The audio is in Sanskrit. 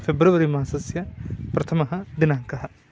फ़ेब्रवरि मासस्य प्रथमः दिनाङ्कः